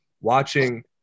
watching